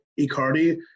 Icardi